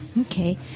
Okay